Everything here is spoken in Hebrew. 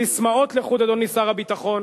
ססמאות לחוד, אדוני שר הביטחון,